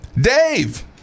Dave